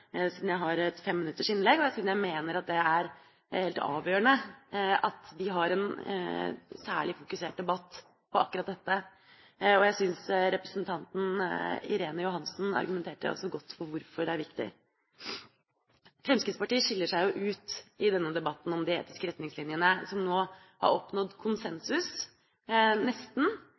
– siden jeg har et 5 minutters innlegg – og jeg mener at det er helt avgjørende at vi har et særlig fokus i debatten på akkurat dette. Jeg synes representanten Irene Johansen argumenterte godt for hvorfor det er viktig. Fremskrittspartiet skiller seg jo ut i debatten om de etiske retningslinjene, der man nå har oppnådd konsensus – nesten